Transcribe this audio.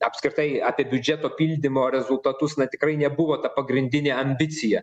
apskritai apie biudžeto pildymo rezultatus na tikrai nebuvo ta pagrindinė ambicija